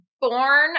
born